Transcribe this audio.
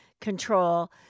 control